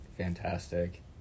fantastic